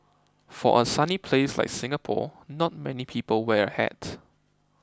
for a sunny place like Singapore not many people wear a hat